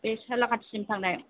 बे सालाखाथिसिम थांनाय